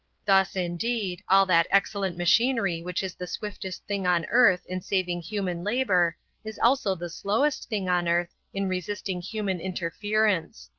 thus, indeed, all that excellent machinery which is the swiftest thing on earth in saving human labour is also the slowest thing on earth in resisting human interference.